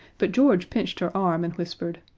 but george pinched her arm and whispered,